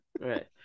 right